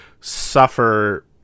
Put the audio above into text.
suffer